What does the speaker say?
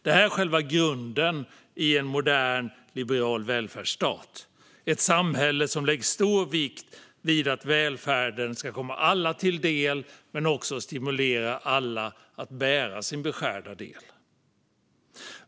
Detta är själva grunden i en modern liberal välfärdsstat, ett samhälle som lägger stor vikt vid att välfärden ska komma alla till del men också stimulera alla att bära sin beskärda del.